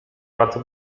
wraca